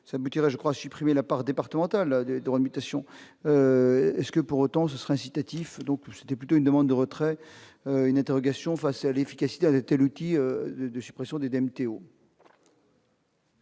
de sa je crois supprimer la part départementale des droits de mutation, ce que pour autant ce sera incitatif donc tout, c'était plutôt une demande de retrait une interrogation face à l'efficacité avait été l'outil de suppression d'oedèmes